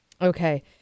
Okay